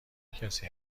کسی